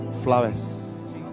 Flowers